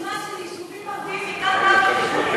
שמעתי כאן רשימה של יישובים ערביים מכאן ועד,